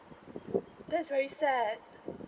that's very sad